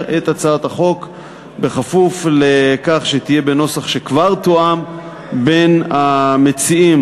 את הצעת החוק בכפוף לכך שתהיה בנוסח שכבר תואם בין המציעים